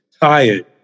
Tired